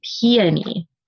peony